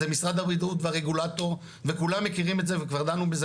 זה משרד הבריאות והרגולטור וכולנו מכירים את זה וכבר דנו בזה